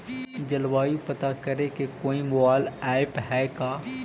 जलवायु पता करे के कोइ मोबाईल ऐप है का?